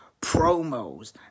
Promos